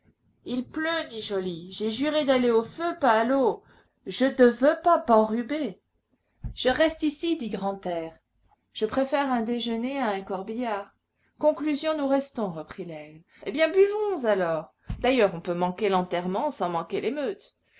il pleut dit joly j'ai juré d'aller au feu pas à l'eau je de veux pas b'enrhuber je reste ici dit grantaire je préfère un déjeuner à un corbillard conclusion nous restons reprit laigle eh bien buvons alors d'ailleurs on peut manquer l'enterrement sans manquer l'émeute